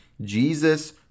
Jesus